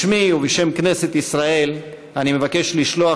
בשמי ובשם כנסת ישראל אני מבקש לשלוח